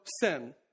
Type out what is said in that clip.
sin